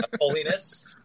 holiness